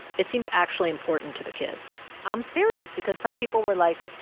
it seemed actually important to the kids i'm serious because some people were like,